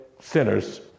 sinners